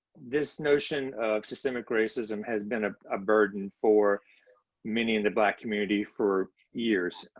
this notion of systemic racism has been a ah burden for many in the black community for years,